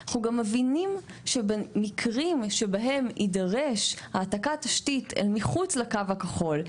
אנחנו גם מבינים שבהם תידרש העברת קו תשתית אל מחוץ לקו הכחול,